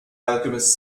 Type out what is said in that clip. alchemist